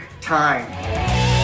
time